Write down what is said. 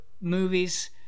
movies